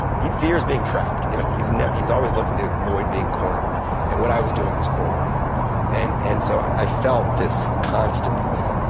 he fears being trapped in a, he's and he's always looking to avoid being cornered and what i was doing was cornering him. and and so i felt this constant like.